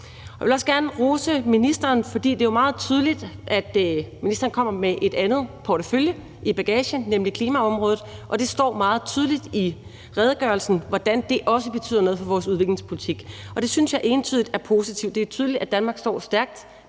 Jeg vil også gerne rose ministeren, for det er jo meget tydeligt, at ministeren kommer med en anden portefølje i bagagen, nemlig klimaområdet. Det står meget tydeligt i redegørelsen, hvordan dét også betyder noget for vores udviklingspolitik. Det synes jeg entydigt er positivt. Det er tydeligt, at Danmark står stærkt